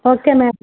okay ma'am